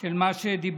של מה שדיברנו: